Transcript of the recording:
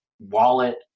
wallet